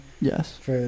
Yes